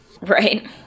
Right